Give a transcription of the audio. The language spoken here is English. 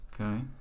okay